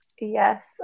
yes